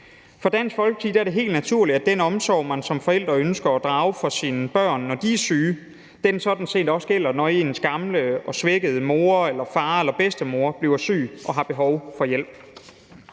For Dansk Folkeparti er det helt naturligt, at den omsorg, man som forælder ønsker at drage for sine børn, når de er syge, sådan set også gælder, når ens gamle og svækkede mor eller far eller bedstemor bliver syg og har behov for hjælp.